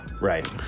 Right